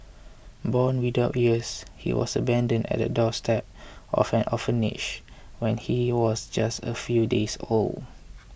born without ears he was abandoned at the doorstep of an orphanage when he was just a few days old